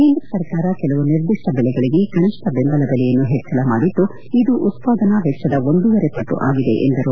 ಕೇಂದ್ರ ಸರ್ಕಾರ ಕೆಲವು ನಿರ್ದಿಷ್ಟ ಬೆಳೆಗಳಗೆ ಕನಿಷ್ಠ ಬೆಂಬಲ ಬೆಲೆಯನ್ನು ಹೆಚ್ಚಳ ಮಾಡಿದ್ದು ಇದು ಉತ್ಪಾದನಾ ವೆಚ್ಚದ ಒಂದೂವರೆಪಟ್ಟು ಆಗಿದೆ ಎಂದರು